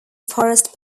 forest